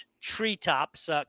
Treetops